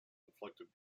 inflicted